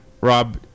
Rob